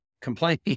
complain